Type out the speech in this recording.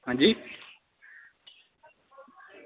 अंजी